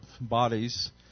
bodies